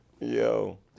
Yo